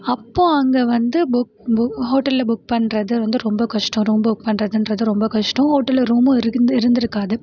அப்போது அங்கே வந்து புக் பு ஹோட்டல்ல புக் பண்ணுறது வந்து ரொம்ப கஷ்டம் ரூம் புக் பண்ணுறதுன்றது ரொம்ப கஷ்டம் ஹோட்டல்ல ரூமும் இருக் இந்து இருந்திருக்காது